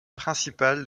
principale